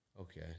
Okay